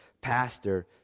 pastor